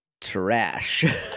trash